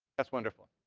that's wonderful.